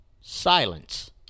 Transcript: Silence